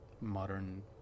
modern